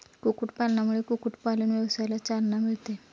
कुक्कुटपालनामुळे कुक्कुटपालन व्यवसायाला चालना मिळते